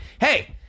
hey